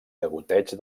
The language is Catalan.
degoteig